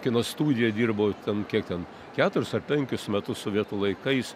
kino studijoj dirbau ten kiek ten keturis ar penkis metus sovietų laikais